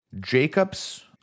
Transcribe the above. jacobs